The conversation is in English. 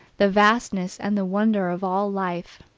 the vastness and the wonder of all life.